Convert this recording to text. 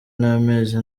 n’amezi